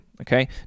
Okay